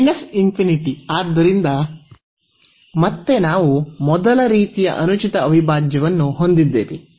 ∞ ಆದ್ದರಿಂದ ಮತ್ತೆ ನಾವು ಮೊದಲ ರೀತಿಯ ಅನುಚಿತ ಅವಿಭಾಜ್ಯವನ್ನು ಹೊಂದಿದ್ದೇವೆ